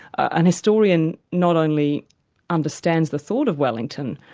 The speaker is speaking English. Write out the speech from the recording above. an historian not only understands the thought of wellington,